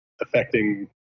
affecting